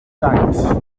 tancs